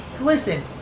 Listen